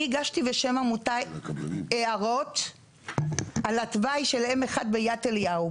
אני הגשתי בשם העמותה הערות על התוואי של M1 ביד אליהו.